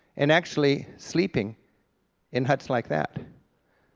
and actually sleeping in huts like that.